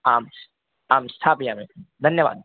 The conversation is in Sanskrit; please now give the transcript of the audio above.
आम् आं स्थापयामि धन्यवादः